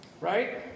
Right